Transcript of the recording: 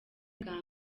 bwa